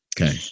Okay